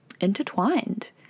intertwined